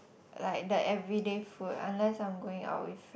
like the everyday food unless I'm going out with